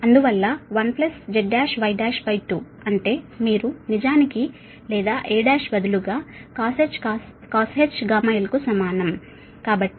అందువల్ల 1Z1Y12 అంటే మీరు నిజానికి లేదా A1 బదులుగా cosh γl కు సమానం కాబట్టి Z1Y12cosh γl 1